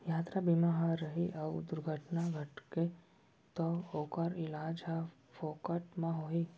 यातरा बीमा ह रही अउ दुरघटना घटगे तौ ओकर इलाज ह फोकट म होही